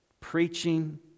preaching